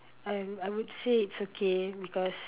I I would say is okay because